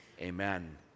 Amen